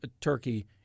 turkey